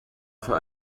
für